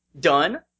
done